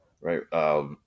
right